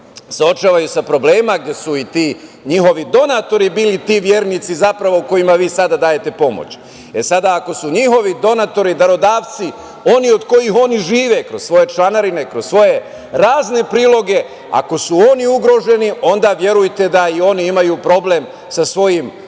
suočavaju sa problemima gde su i ti njihovi donatori bili ti vernici kojima vi sada dajete pomoć. Ako su njihovi donatori, darodavci, oni od kojih oni žive od svoje članarine, kroz svoje razne priloge, ako su oni ugroženi, onda verujte da oni imaju problem sa svojim ustanovama,